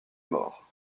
mort